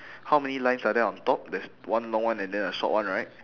how many lines are there on top there's one long one and then a short one right